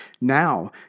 Now